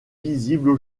visibles